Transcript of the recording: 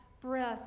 breath